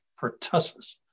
pertussis